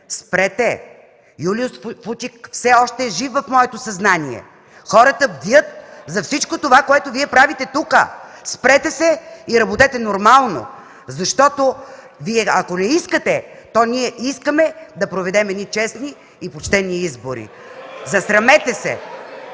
спрете! Юлиус Фучик все още е жив в моето съзнание. Хората бдят за всичко това, което Вие правите тук. Спрете се и работете нормално! Ако Вие не искате, то ние искаме да проведем честни и почтени избори. (Силен шум